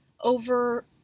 over